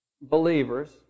believers